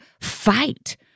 fight